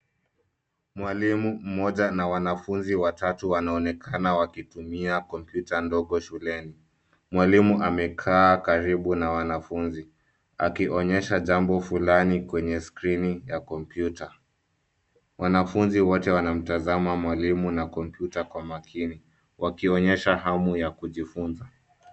Mwalimu mmoja na wanafunzi watatu wanaonekana wakitumia kompyuta ndogo shuleni. Mwalimu amekaa karibu na wanafunzi akionyesha jambo fulani kwenye skrini ya kompyuta. Wanafunzi wote wanamtazama mwalimu na kompyuta kwa makini wakionyesha hamu ya kujifunza.